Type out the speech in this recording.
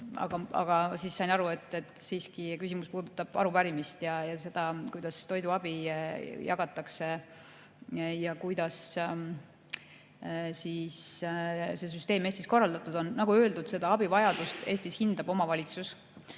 aga siis sain aru, et siiski küsimus puudutab arupärimist ja seda, kuidas toiduabi jagatakse ja kuidas see süsteem Eestis korraldatud on. Nagu öeldud, seda abivajadust Eestis hindab omavalitsus.